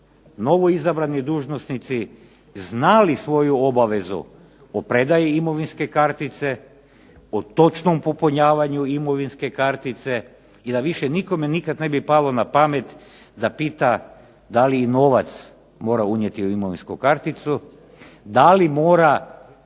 novoizabrani dužnosnici znali svoju obavezu o predaji imovinske kartice, o točnom popunjavanju imovinske kartice i da više nikome nikad ne bi palo na pamet da pita da li i novac mora unijeti u imovinsku karticu, da li mora